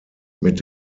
mit